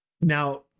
Now